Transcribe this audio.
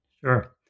Sure